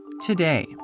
Today